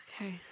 Okay